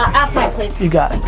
outside, please. you got